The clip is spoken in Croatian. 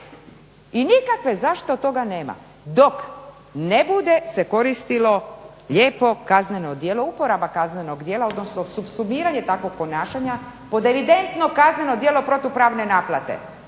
I nikakve zaštite od toga nema, dok ne bude se koristilo lijepo kazneno djelo, uporaba kaznenog djela odnosno sumiranje takvog ponašanja pod evidentno kazneno djelo protupravne naplate